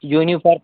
uniform